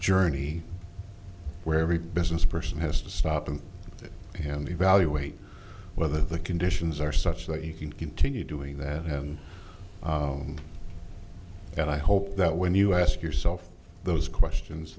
journey where every business person has to stop and get him to evaluate whether the conditions are such that you can continue doing that haven't and i hope that when you ask yourself those questions